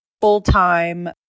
full-time